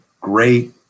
Great